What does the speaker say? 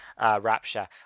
Rapture